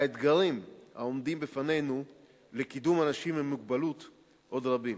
האתגרים העומדים בפנינו לקידום אנשים עם מוגבלות עוד רבים.